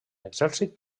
exèrcit